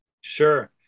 Sure